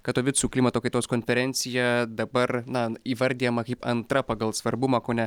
katovicų klimato kaitos konferencija dabar na įvardijama kaip antra pagal svarbumą kone